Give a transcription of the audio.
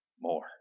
more